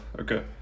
Okay